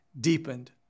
deepened